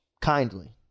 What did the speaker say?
Kindly